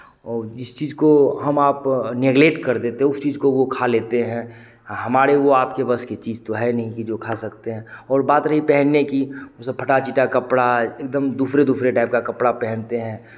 और जिस चीज़ को हम आप नेगलेट कर देते उस चीज़ को वो खा लेते हैं हमारे वो आपके बस की चीज़ तो है नहीं कि जो खा सकते हैं और बात रही पहनने की वो सब फटा चिटा कपड़ा एकदम दूसरे दूसरे टाइप का कपड़ा पहनते हैं